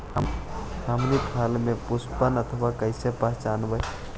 हमनी फसल में पुष्पन अवस्था कईसे पहचनबई?